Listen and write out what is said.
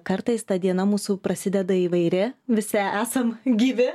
kartais ta diena mūsų prasideda įvairi visi esam gyvi